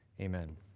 amen